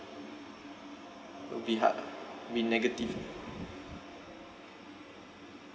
will be hard ah I mean negative